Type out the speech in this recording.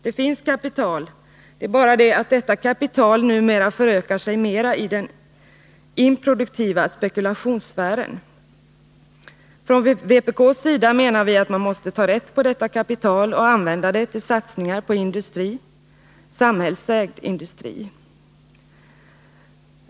Det finns kapital — det är bara det att detta kapital numera förökar sig mera i den improduktiva spekulationssfären. Från vpk:s sida menar vi att man måste ta rätt på detta kapital och använda det till satsningar på industri — samhällsägd industri.